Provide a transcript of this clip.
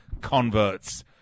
converts